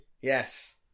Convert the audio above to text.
Yes